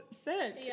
sick